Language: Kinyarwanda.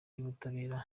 y’ubutabera